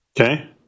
Okay